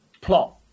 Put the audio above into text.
plot